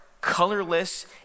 colorless